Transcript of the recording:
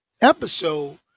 episode